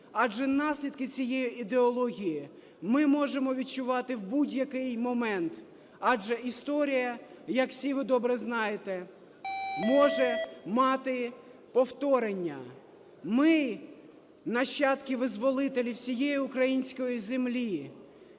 адже наслідки цієї ідеології ми можемо відчувати в будь-який момент, адже історія, як всі ви добре знаєте, може мати повторення. Ми – нащадки визволителів всієї української землі,